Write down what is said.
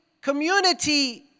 community